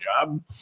job